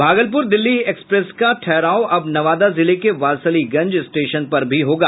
Bhagalpur Delhi express का ठहराव अब नवादा जिले के बारिसलीगंज स्टेशन पर भी होगा